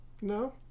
No